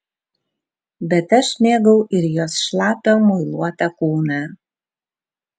bet aš mėgau ir jos šlapią muiluotą kūną